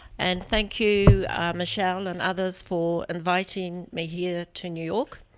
and thank you michelle and others for inviting me here to new york.